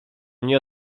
nie